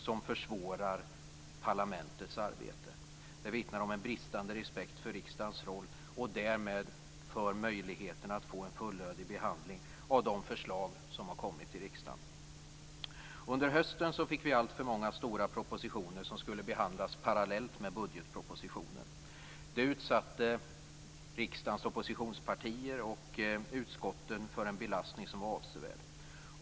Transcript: Det försvårar parlamentets arbete. Det vittnar om en bristande respekt för riksdagens roll, och därmed för möjligheten att få en fullödig behandling av de förslag som har kommit till riksdagen. Under hösten fick vi alltför många stora propositioner som skulle behandlas parallellt med budgetpropositionen. Det utsatte riksdagens oppositionspartier och utskotten för en belastning som var avsevärd.